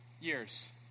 years